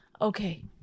Okay